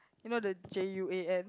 you know the J_U_A_N